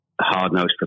hard-nosed